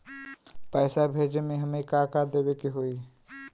पैसा भेजे में हमे का का देवे के होई?